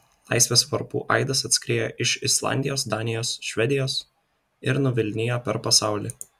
laisvės varpų aidas atskriejo iš islandijos danijos švedijos ir nuvilnijo per pasaulį